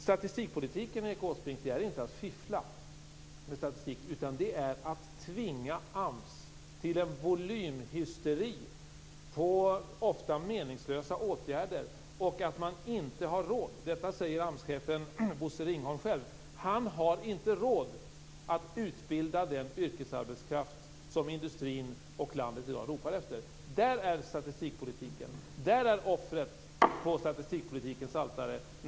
Statistikpolitik, Erik Åsbrink, innebär inte att fiffla med statistik, utan det innebär att tvinga AMS till en volymhysteri av ofta meningslösa åtgärder. AMS chefen Bosse Ringholm säger själv att han inte har råd att utbilda den yrkesarbetskraft som industrin och landet i dag ropar efter. Där är statistikpolitiken. Där är offret på statistikpolitikens altare.